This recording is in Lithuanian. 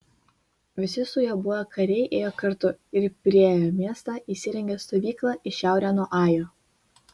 visi su juo buvę kariai ėjo kartu ir priėję miestą įsirengė stovyklą į šiaurę nuo ajo